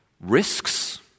risks